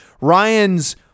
Ryan's